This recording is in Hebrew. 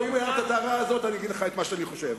אם הערת את ההערה הזאת אני אגיד לך את מה שאני חושב.